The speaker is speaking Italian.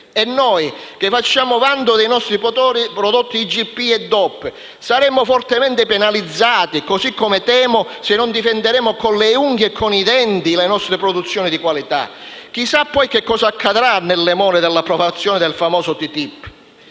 E noi, che facciamo vanto dei nostri prodotti IGP e DOP, saremo - temo - fortemente penalizzati se non difenderemo con le unghie e con i denti le nostre produzioni di qualità. Chissà poi cosa accadrà nelle more dell'approvazione del famoso TTIP.